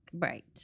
Right